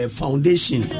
foundation